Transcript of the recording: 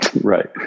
Right